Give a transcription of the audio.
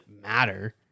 matter